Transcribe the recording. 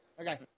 Okay